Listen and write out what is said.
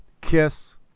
Kiss